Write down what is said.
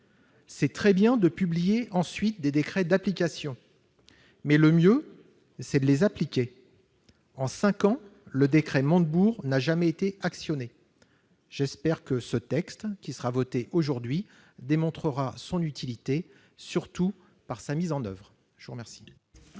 c'est très bien de publier ensuite des décrets d'application, mais c'est encore mieux de les appliquer ! En cinq ans, le décret Montebourg n'a jamais été actionné ... J'espère que le texte qui sera voté aujourd'hui démontrera son utilité, surtout par sa mise en oeuvre. Je suis saisi de